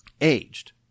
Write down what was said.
aged